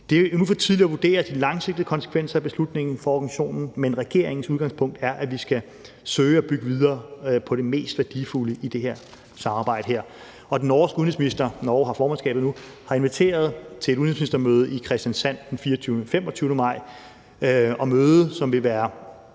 Det er endnu for tidligt at vurdere de langsigtede konsekvenser af beslutningen for organisationen, men regeringens udgangspunkt er, at vi skal søge at bygge videre på det mest værdifulde i det her samarbejde. Norges udenrigsminister – Norge har formandskabet nu – har inviteret til et udenrigsministermøde i Kristiansand den 24. og 25. maj, og mødet, der vil være